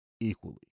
equally